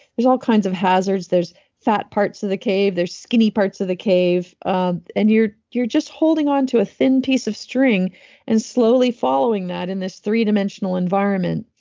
there's all kinds of hazards. there's fat parts of the cave. there's skinny parts of the cave. and you're you're just holding onto a thin piece of string and slowly following that in this three dimensional environment.